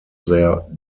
their